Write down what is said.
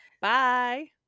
Bye